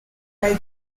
may